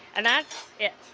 and that's it.